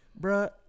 bruh